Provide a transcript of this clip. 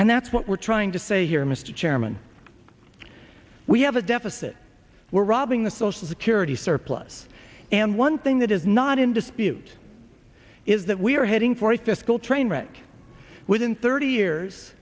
and that's what we're trying to say here mr chairman we have a deficit we're robbing the social security surplus and one thing that is not in dispute is that we are heading for a fiscal train wreck within thirty years